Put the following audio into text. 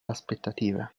aspettative